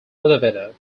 elevator